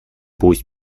пусть